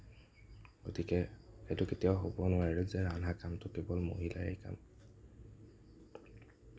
গতিকে সেইটো কেতিয়াও হ'ব নোৱাৰে যে ৰন্ধা কামটো কেৱল মহিলাৰে কাম